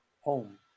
home